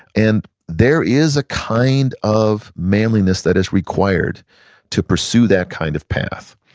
and there is a kind of manliness that is required to pursue that kind of path.